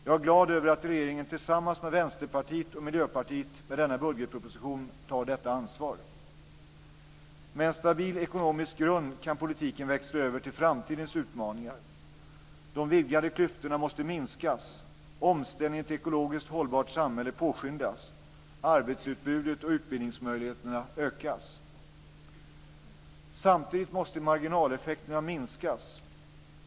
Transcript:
Jag är glad över att regeringen tillsammans med Vänsterpartiet och Miljöpartiet med denna budgetproposition tar detta ansvar. Med en stabil ekonomisk grund kan politiken växla över till framtidens utmaningar. De vidgade klyftorna måste minskas, omställningen till ett ekologiskt hållbart samhälle påskyndas och arbetsutbudet och utbildningsmöjligheterna ökas. Samtidigt måste marginaleffekterna minskas.